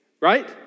Right